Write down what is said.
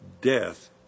Death